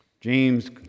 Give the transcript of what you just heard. James